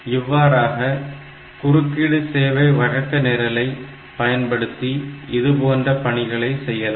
இவ்வாறாக குறுக்கீடு சேவை வழக்க நிரலை பயன்படுத்தி இதுபோன்ற பணிகளை செய்யலாம்